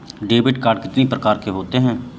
Debit card कितनी प्रकार के होते हैं?